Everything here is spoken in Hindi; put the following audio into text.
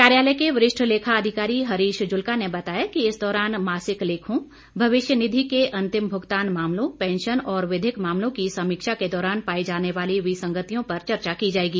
कार्यालय के वरिष्ठ लेखा अधिकारी हरीश जुल्का ने बताया कि इस दौरान मासिक लेखों भविष्य निधी के अंतिम भुगतान मामलों पैंशन और विधिक मामलों की समीक्षा के दौरान पाई जाने वाली विसंगतियों पर चर्चा की जाएगी